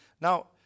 Now